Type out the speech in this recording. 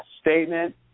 statement